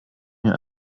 mir